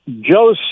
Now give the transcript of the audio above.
Joe